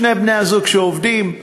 שני בני-הזוג שעובדים,